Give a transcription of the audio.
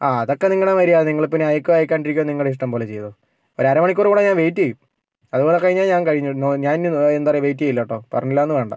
ആ അതൊക്കെ നിങ്ങളുടെ മര്യാദ നിങ്ങളിപ്പം ഇനി അയക്കുകയോ അയയ്ക്കാണ്ടിരിക്കുകയോ നിങ്ങളുടെ ഇഷ്ടംപോലെ ചെയ്തോ ഒരു അരമണിക്കൂർ കൂടെ ഞാൻ വെയിറ്റ് ചെയ്യും അതും കൂടെ കഴിഞ്ഞാൽ ഞാൻ കഴിഞ്ഞു ഞാൻ ഇനി എന്താ പറയുക വെയിറ്റ് ചെയ്യില്ല കെട്ടോ പറഞ്ഞില്ലാന്ന് വേണ്ട